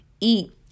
Eat